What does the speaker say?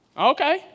Okay